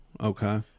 Okay